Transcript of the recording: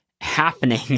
happening